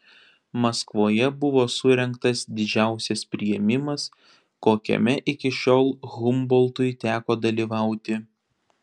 maskvoje buvo surengtas didžiausias priėmimas kokiame iki šiol humboltui teko dalyvauti